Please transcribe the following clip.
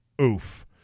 Oof